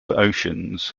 oceans